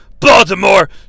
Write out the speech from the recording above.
Baltimore